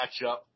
matchup